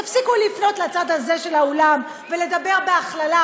תפסיקו לפנות לצד הזה של האולם ולדבר בהכללה,